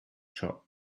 shop